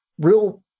real